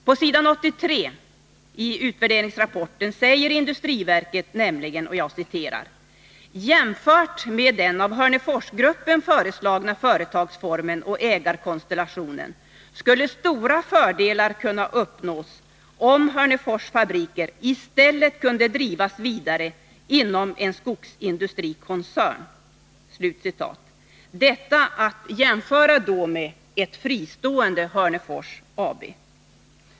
På s. 83 i utvärderingsrapporten säger industriverket nämligen: ”Jämfört med den av Hörneforsgruppen föreslagna företagsformen och ägarkonstellationen skulle stora fördelar kunna uppnås om Hörnefors fabriker, i stället kunde drivas vidare inom en skogsindustrikoncern, ——-.” Detta är att jämföra med ett fristående Hörnefors AB.